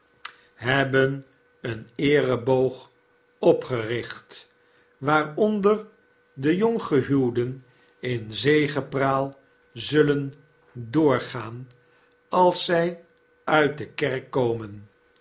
ben een eereboog opgericht waaronderdejonggehuwden in zegepraal zullen doorgaan als zij uit de kerk komen